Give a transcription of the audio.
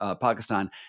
Pakistan